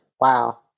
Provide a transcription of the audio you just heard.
Wow